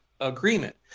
agreement